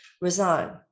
Resign